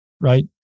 right